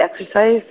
exercise